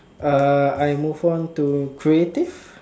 uh I move on to creative